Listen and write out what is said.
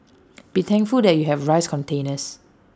be thankful that you have rice containers